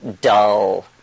dull